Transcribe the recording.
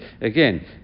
Again